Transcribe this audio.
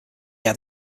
had